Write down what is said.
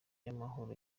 y’amahoro